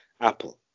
Apple